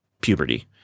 puberty